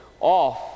off